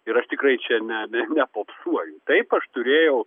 ir aš tikrai čia ne nepopsuoju taip aš turėjau